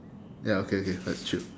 ya okay okay that's true